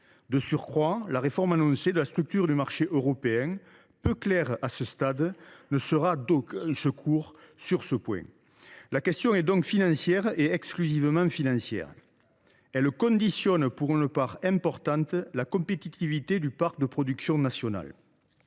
De surcroît, la réforme annoncée de la structure du marché européen, peu claire à ce stade, ne sera d’aucun secours sur ce point. La question est donc financière et exclusivement financière. La compétitivité du parc de production national